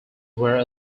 were